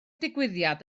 digwyddiad